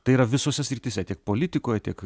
tai yra visose srityse tiek politikoje tiek